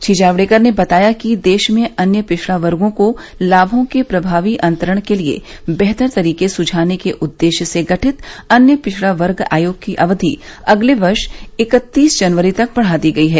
श्री जावड़ेकर ने बताया कि देश में अन्य पिछड़ा वर्गों को लामों के प्रभावी अंतरण के लिए बेहतर तरीके सुझाने के उद्देश्य से गठित अन्य पिछड़ा वर्ग आयोग की अवधि अगले वर्ष इक्कतीस जनवरी तक बढ़ा दी गई है